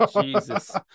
Jesus